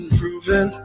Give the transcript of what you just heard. proven